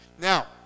Now